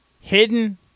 hidden